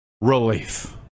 relief